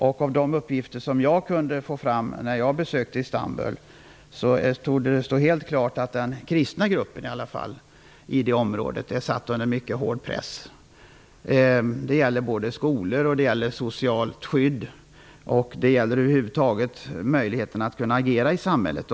Enligt de uppgifter som jag kunde få fram när jag besökte Istanbul torde det stå helt klart att den kristna gruppen i alla fall är satt under en mycket hård press. Det gäller skolor, socialt skydd och över huvud taget möjligheterna att agera i samhället.